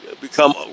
become